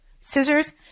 scissors